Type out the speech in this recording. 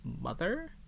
mother